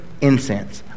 incense